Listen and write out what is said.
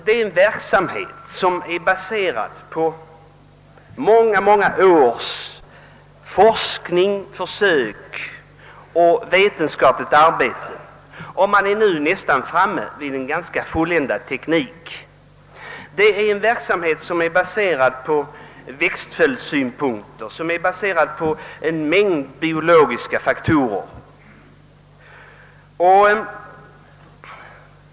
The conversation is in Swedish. Denna verksamhet, som är baserad på många års forskning, försök och vetenskapligt arbete, är nu framme vid en ganska fulländad teknik. Verksamheten är baserad på växtföljdssynpunkter och på en mängd biologiska faktorer.